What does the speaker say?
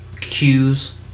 cues